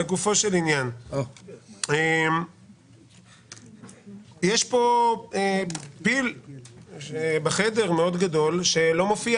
לגופו של עניין: יש פה פיל בחדר שלא מופיע